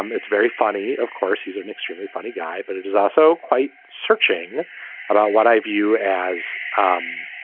um it's very funny. of course he's an extremely funny guy but it is also quite searching about what i view as um